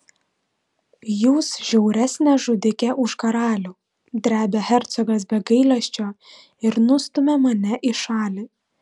jūs žiauresnė žudikė už karalių drebia hercogas be gailesčio ir nustumia mane į šalį